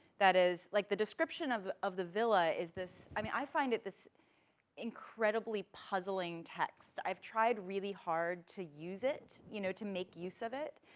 that is, like the description of of the villa is this, i mean, i find it this incredibly puzzling text. i've tried really hard to use it, you know, to make use of it,